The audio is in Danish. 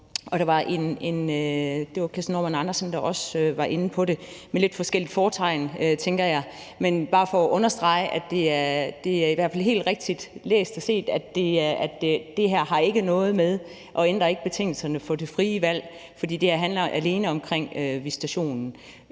og Kirsten Normann Andersen var inde på, men ud fra lidt forskellige indfaldsvinkler, tænker jeg. Men det er bare for at understrege, at det i hvert fald er helt rigtigt læst og set, at det her ikke har noget at gøre med og ikke ændrer betingelserne for det frie valg, for det her handler alene om visitationen.